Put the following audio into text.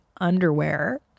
underwear